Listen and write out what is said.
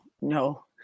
no